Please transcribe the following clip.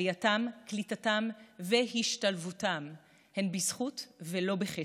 עלייתם, קליטתם והשתלבותם הם בזכות ולא בחסד.